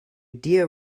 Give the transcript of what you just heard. dear